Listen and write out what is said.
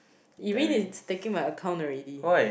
Irene is taking my account already